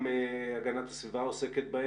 האירוע המאוד קשה בביירות,